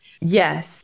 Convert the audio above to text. Yes